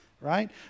right